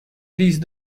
these